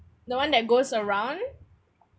the one that goes around